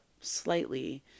slightly